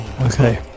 okay